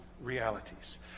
realities